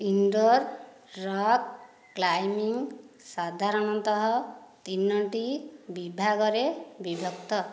indoor rock climbing ସାଧାରଣତଃ ତିନୋଟି ବିଭାଗରେ ବିଭକ୍ତ